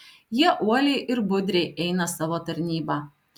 jie uoliai ir budriai eina savo tarnybą